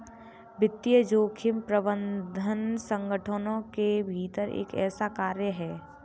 वित्तीय जोखिम प्रबंधन संगठनों के भीतर एक ऐसा कार्य है